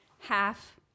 half